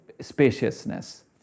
spaciousness